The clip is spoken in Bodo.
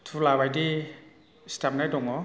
थुलाबायदि सिथाबनाय दङ